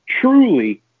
truly